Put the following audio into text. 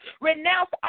Renounce